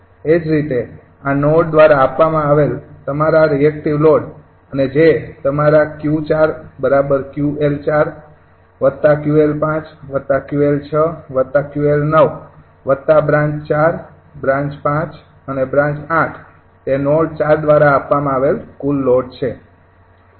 એ જ રીતે આ નોડ દ્વારા આપવામાં આવેલ તમારા રિએક્ટિવ લોડ અને જે તમારા 𝑄૪𝑄𝐿૪𝑄𝐿૫𝑄𝐿 ૬𝑄𝐿૯ વત્તા બ્રાન્ચ ૪ બ્રાન્ચ ૫ અને બ્રાન્ચ ૮ તે નોડ ૪ દ્વારા આપવામાં આવેલ કુલ લોડ છે